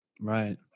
Right